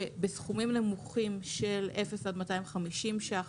שבסכומים נמוכים של 0-250 שקלים